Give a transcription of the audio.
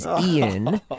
Ian